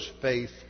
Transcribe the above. faith